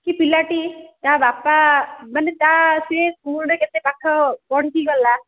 କି ପିଲାଟି ତା ବାପା ମାନେ ତା ସେ ସ୍କୁଲ୍ରେ କେତେ ପାଠ ପଢ଼ିକି ଗଲା